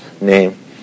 name